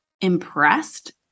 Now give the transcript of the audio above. impressed